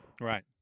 Right